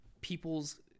people's